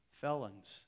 felons